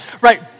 right